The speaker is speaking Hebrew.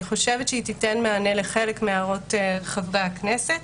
חושבת שהיא תיתן מענה לחלק מהערות חברי הכנסת.